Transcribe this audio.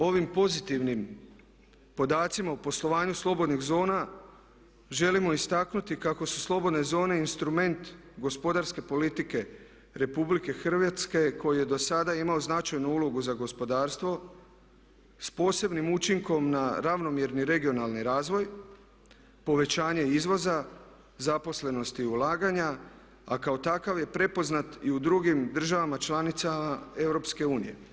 Ovim pozitivnim podacima u poslovanju slobodnih zona želimo istaknuti kako su slobodne zone instrument gospodarske politike Republike Hrvatske koji je dosada imao značajnu ulogu za gospodarstvo s posebnim učinkom na ravnomjerni regionalni razvoj, povećanje izvoza zaposlenosti ulaganja a kao takav je prepoznat i u drugim državama članicama EU.